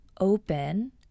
open